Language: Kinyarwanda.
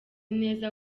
neza